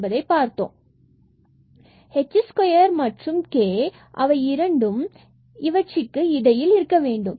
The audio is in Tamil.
h2 k h2 and 2 h2 ஆக இருக்க வேண்டும்